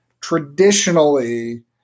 traditionally